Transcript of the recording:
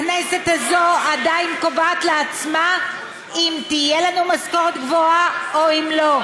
הכנסת הזאת עדיין קובעת לעצמה אם תהיה לנו משכורת גבוהה או לא,